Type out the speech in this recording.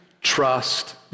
trust